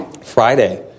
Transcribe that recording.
Friday